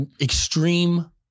extreme